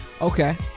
okay